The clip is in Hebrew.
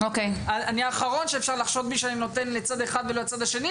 אני האחרון שאפשר לחשוד בי שאני נותן לצד אחד ולא לצד השני,